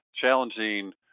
challenging